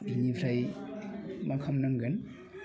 बेनिफ्राय मा खालामनांगोन